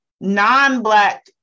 non-Black